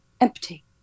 empty